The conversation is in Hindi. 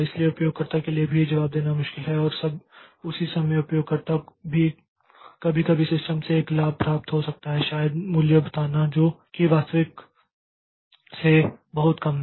इसलिए उपयोगकर्ता के लिए भी जवाब देना मुश्किल है और उसी समय उपयोगकर्ता भी कभी कभी सिस्टम से एक लाभ प्राप्त हो सकता है शायद मूल्य बताना जो कि वास्तविक से बहुत कम है